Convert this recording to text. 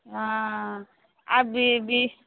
ହଁ ଆଉ ଯିବି